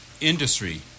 industry